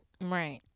Right